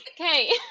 Okay